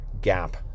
gap